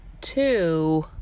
two